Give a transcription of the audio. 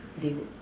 they would